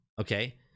okay